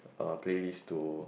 uh playlist to